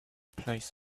plays